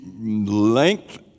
length